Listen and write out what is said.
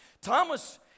Thomas